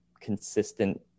consistent